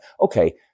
okay